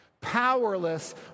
powerless